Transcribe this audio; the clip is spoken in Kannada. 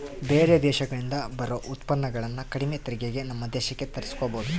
ಬೇರೆ ದೇಶಗಳಿಂದ ಬರೊ ಉತ್ಪನ್ನಗುಳನ್ನ ಕಡಿಮೆ ತೆರಿಗೆಗೆ ನಮ್ಮ ದೇಶಕ್ಕ ತರ್ಸಿಕಬೊದು